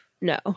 No